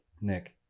Nick